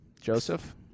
Joseph